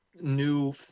new